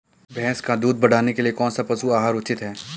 भैंस का दूध बढ़ाने के लिए कौनसा पशु आहार उचित है?